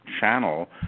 channel